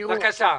בבקשה,